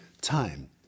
time